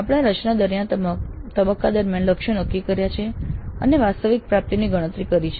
આપણે રચના તબક્કા દરમિયાન લક્ષ્યો નક્કી કર્યા છે અને વાસ્તવિક પ્રાપ્તિની ગણતરી કરી છે